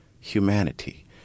humanity